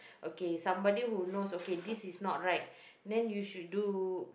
okay somebody who knows okay this is not right then you should do